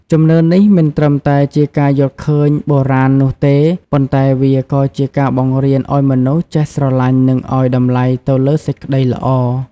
ជំនឿនេះមិនត្រឹមតែជាការយល់ឃើញបុរាណនោះទេ ប៉ុន្តែវាក៏ជាការបង្រៀនឱ្យមនុស្សចេះស្រឡាញ់និងឱ្យតម្លៃទៅលើសេចក្តីល្អ។